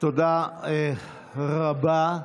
תודה רבה.